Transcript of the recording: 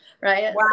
Right